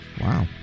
wow